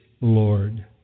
Lord